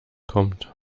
kommt